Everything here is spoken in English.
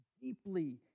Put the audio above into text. deeply